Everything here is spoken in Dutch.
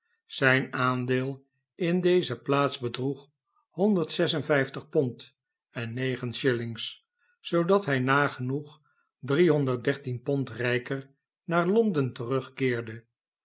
zijn aandeel in deze plaats bedroeg honderd en vijftig pond en negen shillings zoodat hij nagenoeg pond rijker naar londen terugkeerde